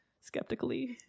skeptically